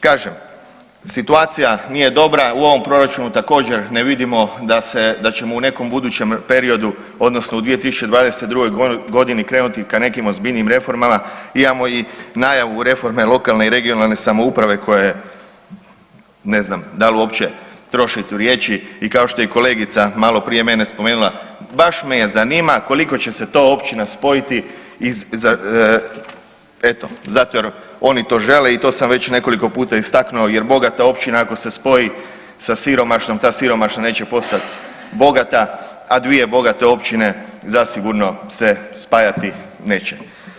Kažem, situacija nije dobra, u ovom Proračunu također ne vidimo da ćemo u nekom budućem periodu, odnosno u 2022. godini krenuti ka nekim ozbiljnijim reformama, imamo i najavu reforme lokalne i regionalne samouprave koja je, ne znam, da li uopće trošiti riječi, i kao što je i kolegica malo prije mene spomenula, baš me zanima koliko će se to općina spojiti iz, eto zato jer oni to žele i to sam već nekoliko puta istaknuo, jer bogata općina ako se spoji sa siromašnom, ta siromašna neće postati bogata, a dvije bogate općine zasigurno se spajati neće.